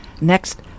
Next